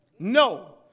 No